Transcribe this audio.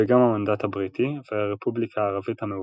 וגם המנדט הבריטי, והרפובליקה הערבית המאוחדת.